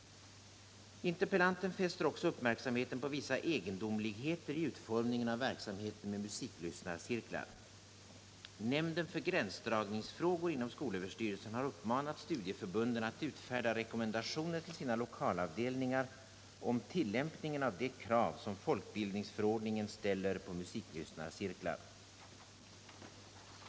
Interpellanten fäster också uppmärksamheten på vissa egendomligheter i utformningen av verksamheten med musiklyssnarcirklar. Nämnden för gränsdragningsfrågor inom skolöverstyrelsen har uppmanat studieförbunden att utfärda rekommendationer till sina lokalavdelningar om tillämpningen av de krav som folkbildningsförordningen ställer på musiklyssnarcirklar.